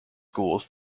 schools